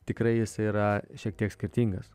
tikrai jis yra šiek tiek skirtingas